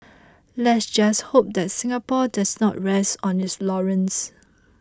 let's just hope that Singapore does not rest on its laurels